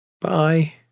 Bye